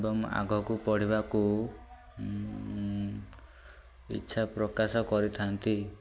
ଏବଂ ଆଗକୁ ପଢ଼ିବାକୁ ଇଚ୍ଛା ପ୍ରକାଶ କରିଥାନ୍ତି